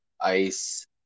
ice